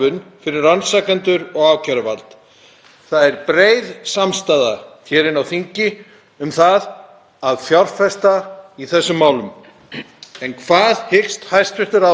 Hvað hyggst hæstv. ráðherra gera til að nýta þá samstöðu til þess að vinna aftur traust þolenda?